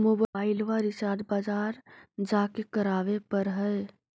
मोबाइलवा रिचार्ज बजार जा के करावे पर है?